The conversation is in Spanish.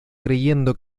creyendo